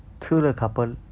除了 couple